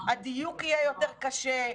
הדיוק יהיה יותר קשה,